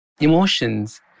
Emotions